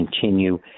continue